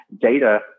data